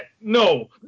No